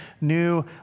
new